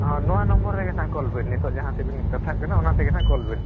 ᱦᱚᱸ ᱱᱚᱣᱟ ᱱᱚᱢᱵᱟᱨ ᱨᱮᱜᱮ ᱱᱟᱦᱟᱜ ᱠᱚᱞ ᱵᱮᱱ ᱱᱤᱛᱚᱜ ᱡᱟᱦᱟᱸ ᱛᱮᱵᱮᱱ ᱠᱟᱛᱷᱟᱜ ᱠᱟᱱᱟ ᱚᱱᱟ ᱛᱮᱜᱮ ᱱᱟᱦᱟᱜ ᱠᱚᱞ ᱵᱮᱱ